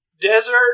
Desert